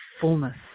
fullness